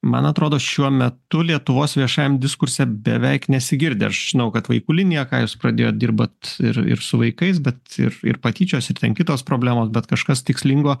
man atrodo šiuo metu lietuvos viešajam diskurse beveik nesigirdi aš žinau kad vaikų linija ką jūs pradėjot dirbat ir ir su vaikais bet ir ir patyčios ir ten kitos problemos bet kažkas tikslingo